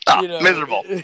Miserable